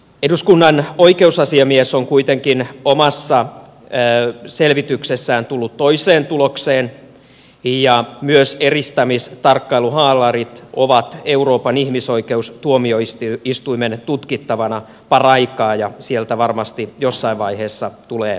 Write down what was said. eduskunnan oikeusasiamies on kuitenkin omassa selvityksessään tullut toiseen tulokseen ja eristämistarkkailuhaalarit ovat myös euroopan ihmisoikeustuomioistuimen tutkittavana paraikaa ja sieltä varmasti jossain vaiheessa tulee vastauksia